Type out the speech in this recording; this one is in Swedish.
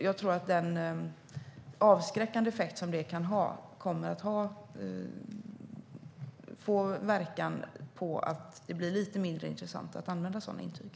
Jag tror att den avskräckande effekt som det kommer att ha får verkan att det blir lite mindre intressant att använda sådana tillstånd.